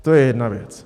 To je jedna věc.